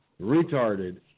retarded